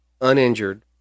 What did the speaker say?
uninjured